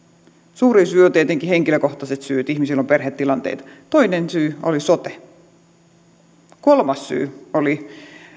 suurin syy on tietenkin henkilökohtaiset syyt ihmisillä on perhetilanteita toinen syy oli sote kolmas syy oli